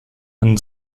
man